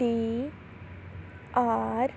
T R